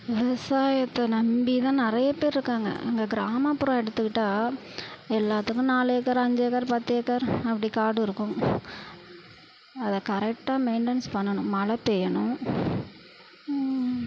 விவசாயத்தை நம்பிதான் நிறையா பேர் இருக்காங்க எங்கள் கிராமப்புறம் எடுத்துக்கிட்டால் எல்லாத்துக்கும் நாலு ஏக்கர் அஞ்சு ஏக்கர் பத்து ஏக்கர் அப்படி காடு இருக்கும் அதை கரெக்டாக மெயிண்டென்ஸ் பண்ணணும் மழை பெய்யணும்